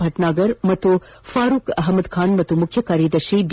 ಭಟ್ನಾಗರ್ ಮತ್ತು ಫಾರೂಕ್ ಅಹಮದ್ಖಾನ್ ಮತ್ತು ಮುಖ್ಯಕಾರ್ಯದರ್ಶಿ ಬಿ